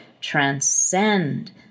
transcend